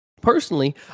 Personally